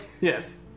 Yes